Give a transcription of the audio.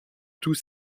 tous